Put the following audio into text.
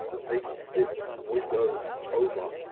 take this window over,